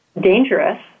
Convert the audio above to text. dangerous